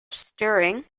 stirring